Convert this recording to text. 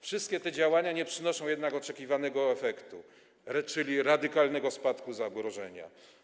Wszystkie te działania nie przynoszą jednak oczekiwanego efektu, czyli radykalnego spadku zagrożenia.